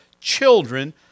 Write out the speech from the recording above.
children